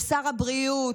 לשר הבריאות,